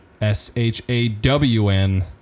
S-H-A-W-N